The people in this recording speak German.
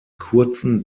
kurzen